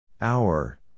hour